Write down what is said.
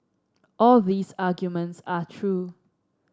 all these arguments are true